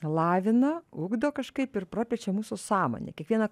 lavina ugdo kažkaip ir praplečia mūsų